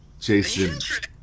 Jason